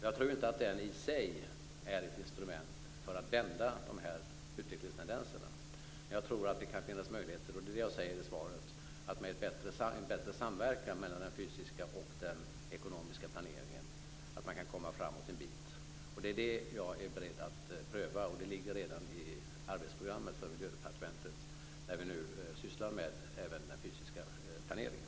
Jag tror inte att den i sig är ett instrument för att vända de här utvecklingstendenserna. Men jag tror att det kan finnas möjligheter, och det är det jag säger i svaret, att man kan komma framåt en bit med en bättre samverkan mellan den fysiska och den ekonomiska planeringen. Det är jag beredd att pröva. Det ligger redan i arbetsprogrammet för Miljödepartementet när vi nu även sysslar med den fysiska planeringen.